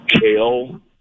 Kale